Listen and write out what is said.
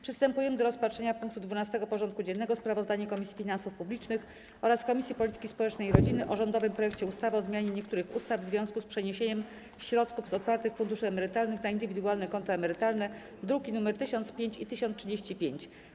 Przystępujemy do rozpatrzenia punktu 12. porządku dziennego: Sprawozdanie Komisji Finansów Publicznych oraz Komisji Polityki Społecznej i Rodziny o rządowym projekcie ustawy o zmianie niektórych ustaw w związku z przeniesieniem środków z otwartych funduszy emerytalnych na indywidualne konta emerytalne (druki nr 1005 i 1035)